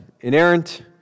inerrant